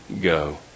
go